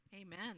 Amen